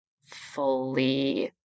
fully